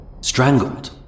strangled